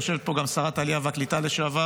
יושבת פה גם שרת העלייה והקליטה לשעבר,